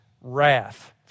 wrath